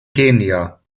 kenia